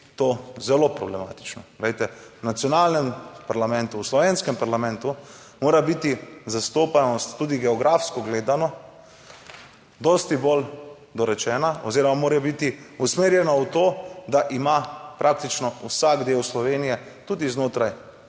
to zelo problematično. Glejte, v nacionalnem parlamentu, v slovenskem parlamentu mora biti zastopanost, tudi geografsko gledano, dosti bolj dorečena oziroma mora biti usmerjena v to, da ima praktično vsak del Slovenije, tudi znotraj